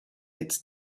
its